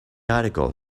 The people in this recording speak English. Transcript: article